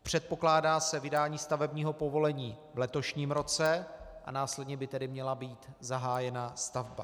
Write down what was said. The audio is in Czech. Předpokládá se vydání stavebního povolení v letošním roce a následně by tedy měla být zahájena stavba.